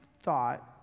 thought